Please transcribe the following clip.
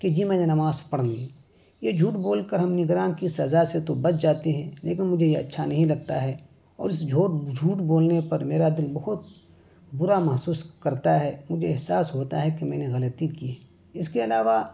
کہ جی میں نے نماز پڑھ ل یہ جھٹ بول کر ہم نگراہ کی سزا سے تو بچ جاتے ہیں لیکن مجھے یہ اچھا نہیں لگتا ہے اور اس جھوٹ جھوٹ بولنے پر میرا دل بہت برا محسوس کرتا ہے مجھے احساس ہوتا ہے کہ میں نے غلطی کیے اس کے علاوہ